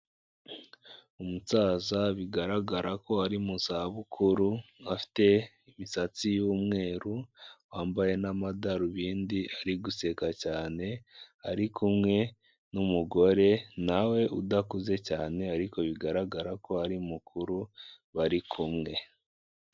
Umusaza bigaragara ko ari mu za bukuru afite imisatsi y'umweru wambaye n'amadarubindi ari guseka cyane; ari kumwe n'umugore na we udakuze cyane, ariko bigaragara ko ari mukuru bari kumwe.